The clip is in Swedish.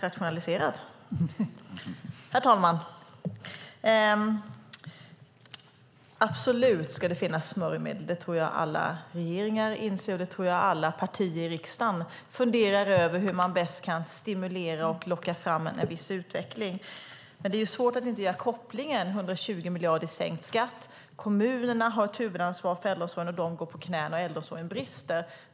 Herr talman! Absolut ska det finnas smörjmedel. Det tror jag att alla regeringar inser, och jag tror att alla partier i riksdagen funderar över hur man bäst kan stimulera och locka fram en viss utveckling. Men det är svårt att inte göra kopplingen till 120 miljarder i sänkt skatt. Kommunerna har ett huvudansvar för äldreomsorgen, och de går på knäna. Äldreomsorgen brister.